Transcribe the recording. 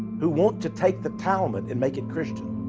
who want to take the talmud and make it christian.